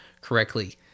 correctly